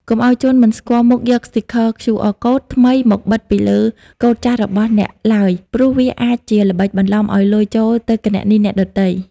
កុំឱ្យជនមិនស្គាល់មុខយកស្ទីគ័រ QRកូដ ថ្មីមកបិទពីលើកូដចាស់របស់អ្នកឡើយ ព្រោះវាអាចជាល្បិចបន្លំឱ្យលុយចូលទៅគណនីអ្នកដទៃ។